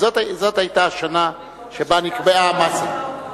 זו היתה השנה שבה נקבעה המסה.